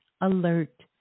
alert